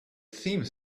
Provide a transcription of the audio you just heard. theme